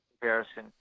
comparison